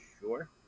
Sure